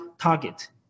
target